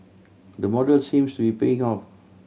the model seems to be paying off